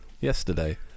Yesterday